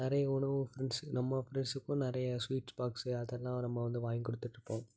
வேறு எவ்ளோவோ ஃப்ரெண்ட்ஸு நம்ம ஃப்ரெண்ட்ஸுக்கும் அதெல்லாம் வரம் போது வாயிங்க் கொடுத்துட்ருப்போம்